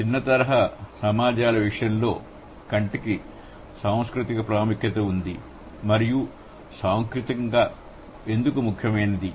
చిన్న తరహా సమాజాల విషయంలో కంటికి సాంస్కృతిక ప్రాముఖ్యత ఉంది మరియు సాంస్కృతికంగా ఎందుకు ముఖ్యమైనది